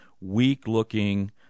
weak-looking